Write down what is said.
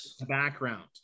background